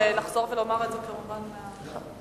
אתה יכול לחזור ולומר את זה, כמובן, מהדוכן.